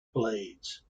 blades